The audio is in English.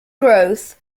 growth